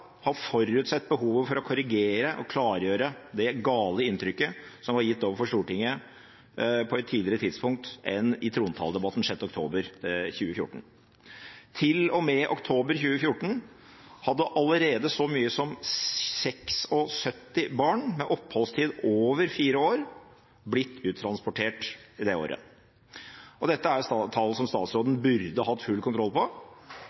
forutsett behovet for å korrigere og klargjøre det gale inntrykket som var gitt overfor Stortinget, på et tidligere tidspunkt enn i trontaledebatten 6. oktober 2014. Til og med oktober 2014 hadde allerede så mange som 76 barn med oppholdstid over fire år blitt uttransportert det året. Dette er tall som statsråden burde hatt full kontroll på,